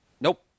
Nope